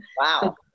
Wow